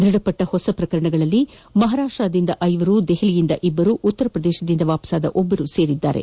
ದೃಢಪಟ್ನ ಹೊಸ ಪ್ರಕರಣಗಳಲ್ಲಿ ಮಹಾರಾಷ್ನ ದಿಂದ ಐವರು ದೆಹಲಿಯಿಂದ ಇಬ್ಬರು ಉತ್ತರಪ್ರದೇಶದಿಂದ ವಾಪಸಾದ ಒಬ್ಬರು ಸೇರಿದ್ದಾರೆ